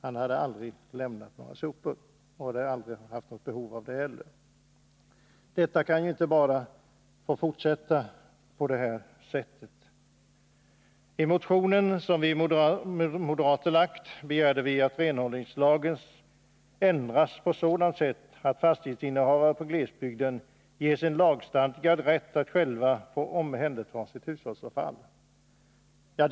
Han hade aldrig lämnat några sopor till den kommunala sophämtningen, och han hade heller aldrig haft något behov därav. Det kan bara inte få fortsätta på detta vis. I den motion som vi moderater väckt begärde vi att renhållningslagen ändras på sådant sätt att innehavare av fastigheter ute i glesbygden ges en lagstadgad rätt att själva få omhänderta sitt hushållsavfall.